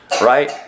Right